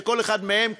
שכל אחד מהם,